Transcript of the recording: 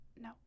No